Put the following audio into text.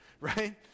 right